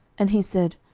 and he said,